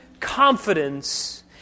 confidence